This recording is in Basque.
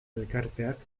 elkarteak